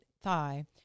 thigh